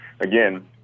again